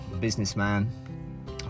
businessman